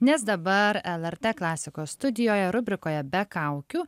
nes dabar lrt klasikos studijoje rubrikoje be kaukių